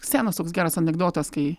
senas toks geras anekdotas kai